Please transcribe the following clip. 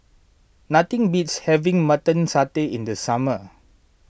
nothing beats having Mutton Satay in the summer